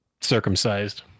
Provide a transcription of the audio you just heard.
circumcised